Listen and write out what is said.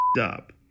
up